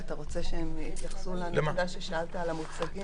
אתה רוצה שיתייחסו לשאלה שלך על המוצגים?